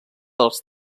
els